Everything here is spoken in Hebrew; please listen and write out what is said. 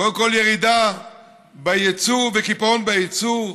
קודם כול, ירידה ביצוא וקיפאון ביצוא.